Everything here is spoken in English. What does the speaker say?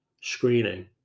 screening